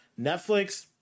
Netflix